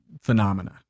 phenomena